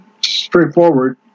straightforward